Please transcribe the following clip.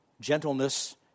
gentleness